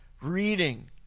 reading